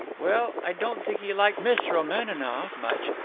well, i don't think he liked miss romaninov much,